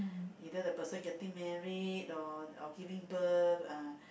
either the person getting married or or giving birth ah